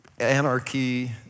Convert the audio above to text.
anarchy